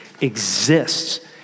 exists